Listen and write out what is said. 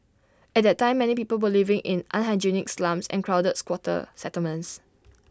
at that time many people were living in unhygienic slums and crowded squatter settlements